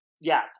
Yes